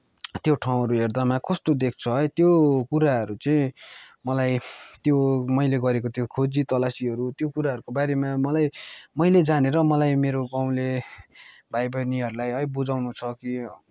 त्यो ठाउँहरू हेर्दामा कस्तो देख्छ है त्यो कुराहरू चाहिँ मलाई त्यो मैले गरेको त्यो खोजी तलासीहरू त्यो कुराहरूको बारेमा मलाई मैले जानेर मलाई मेरो गाउँले भाइबहिनीहरूलाई है बुझाउन छ कि